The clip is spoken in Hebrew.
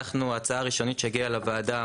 אנחנו הצעה ראשונית שהגיעה לוועדה,